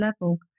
level